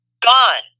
gone